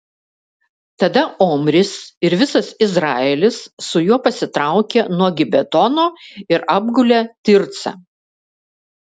tada omris ir visas izraelis su juo pasitraukė nuo gibetono ir apgulė tircą